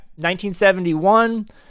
1971